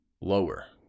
lower